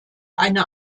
eine